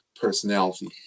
personality